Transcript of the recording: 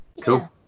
Cool